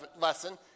lesson